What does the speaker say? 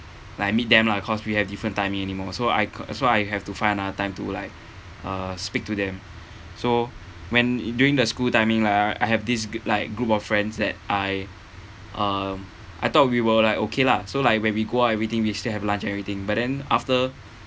like meet them lah cause we have different timing anymore so I co~ so I have to find another time to like uh speak to them so when during the school timing lah I have this like group of friends that I um I thought we were like okay lah so like when we go out everything we still have lunch everything but then after